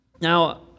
Now